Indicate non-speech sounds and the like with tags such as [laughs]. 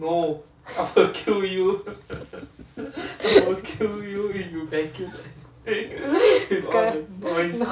[laughs]